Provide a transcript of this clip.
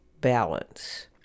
balance